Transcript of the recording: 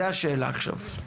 זו השאלה עכשיו.